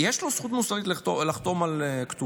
יש לו זכות מוסרית לחתום על כתובה?